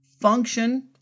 function